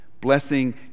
Blessing